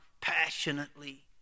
passionately